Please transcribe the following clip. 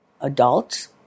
adults